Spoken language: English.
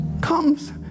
comes